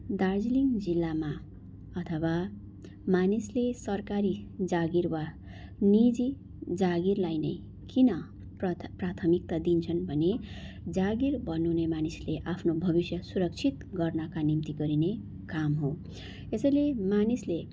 दार्जिलिङ जिल्लामा अथवा मानिसले सरकारी जागिर वा निजी जागिरलाई नै किन प्रथ प्राथमिकता दिन्छन् भने जागिर भन्नु नै मानिसले आफ्नो भविष्य सुरक्षित गर्नका निम्ति गरिने काम हो यसैले मानिसले